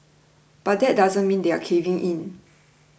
but that doesn't mean they're caving in